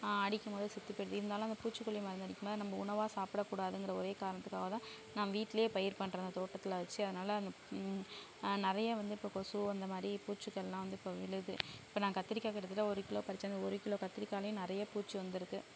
அடிக்கும்போது அது செத்து போய்டுது இருந்தாலும் அந்த பூச்சிக்கொல்லி மருந்து அடிக்கும்போது நம்ப உணவாக சாப்பிட கூடாதுங்கிற ஒரே காரணத்துக்காக தான் நான் வீட்லேயே பயிர் பண்ணுறேன் அந்த தோட்டத்தில் வச்சு அதனால அந்த நிறைய வந்து இப்போ கொசு அந்த மாதிரி பூச்சிகள்லாம் வந்து இப்போ விழுது இப்போ நான் கத்திரிக்காய் கிட்டதட்ட ஒரு கிலோ பறிச்சேன் அந்த ஒரு கிலோ கத்திரிக்காவிலே நிறைய பூச்சி வந்துருக்குது